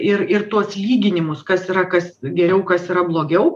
ir ir tuos lyginimus kas yra kas geriau kas yra blogiau